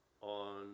on